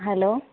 hello